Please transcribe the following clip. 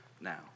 now